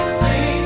sing